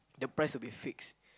the price will be fixed